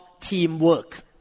teamwork